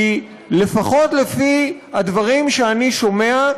כי לפחות לפי הדברים שאני שומע,